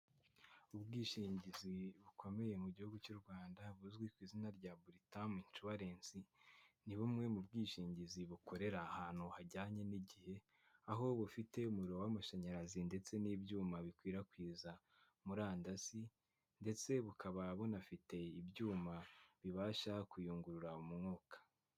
Ubwishingizi bukomeye mu gihugu cy'u Rwanda, buzwi ku izina rya Buritame inshuwarensi ni bumwe mu bwishingizi bukorera ahantu hajyanye n'igihe aho bufite umuriro w'amashanyarazi ndetse n'ibyuma bikwirakwiza murandasi, ndetse bukaba bunafite ibyuma bibasha kuyungurura umwuka.